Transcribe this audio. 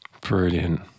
Brilliant